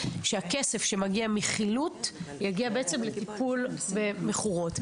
שהכסף שמגיע מחילוט יגיע בעצם לטיפול במכורות.